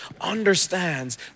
understands